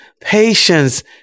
patience